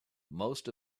most